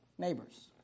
neighbors